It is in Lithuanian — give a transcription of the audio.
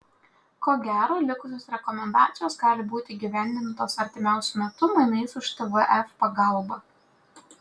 ko gero likusios rekomendacijos gali būti įgyvendintos artimiausiu metu mainais už tvf pagalbą